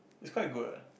it's quite good eh